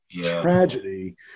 tragedy